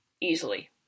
Easily